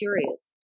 curious